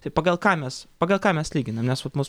tai pagal ką mes pagal ką mes lyginam nes vat mus